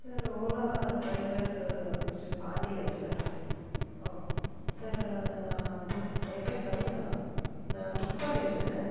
sir Ola driver mister Pandya sir oh sir நான் book என் பேரு கவிதா நான் புக் பண்ணியிருந்தேன்